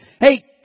Hey